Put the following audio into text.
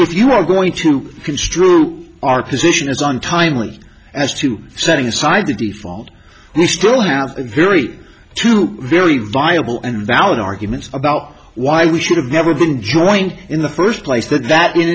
if you are going to construe our position as untimely as to setting aside the default we still have a very two very viable and valid arguments about why we should have never been joined in the first place that